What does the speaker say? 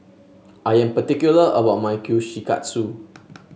I am particular about my Kushikatsu